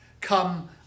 Come